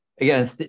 again